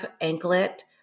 anklet